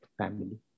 family